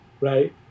right